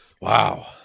Wow